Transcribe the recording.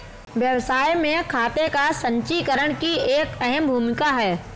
व्यवसाय में खाते का संचीकरण की एक अहम भूमिका है